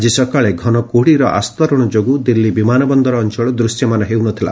ଆଜି ସକାଳେ ଘନ କୁହୁଡ଼ିର ଆସ୍ତରଣ ଯୋଗୁଁ ଦିଲ୍ଲୀ ବିମାନ ବନ୍ଦର ଅଞ୍ଚଳ ଦୃଶ୍ୟମାନ ହେଉ ନ ଥିଲା